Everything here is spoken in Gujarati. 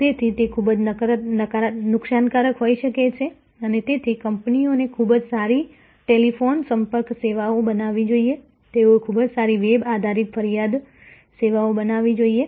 તેથી તે ખૂબ નુકસાનકારક હોઈ શકે છે અને તેથી કંપનીઓએ ખૂબ જ સારી ટેલિફોન સંપર્ક સેવાઓ બનાવવી જોઈએ તેઓએ ખૂબ સારી વેબ આધારિત ફરિયાદ સેવાઓ બનાવવી જોઈએ